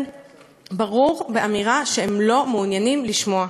ברור באמירה שהם לא מעוניינים לשמוע.